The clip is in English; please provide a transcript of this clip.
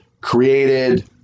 created